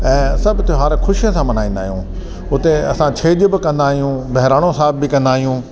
ऐं सभु त्योहार ख़ुशीअ सां मल्हाईंदा आहियूं उते असां छेॼ बि कंदा आहियूं ॿहिराणो साहिब बि कंदा आहियूं